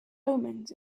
omens